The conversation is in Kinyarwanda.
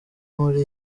muri